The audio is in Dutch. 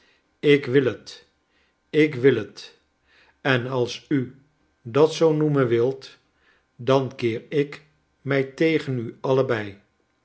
ik wil het ik wil het en als u dat zoo noemen wilt dan keer ik mij tegen u allebei